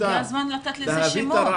הגיע הזמן לתת לזה שמות.